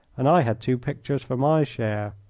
and i had two pictures for my share.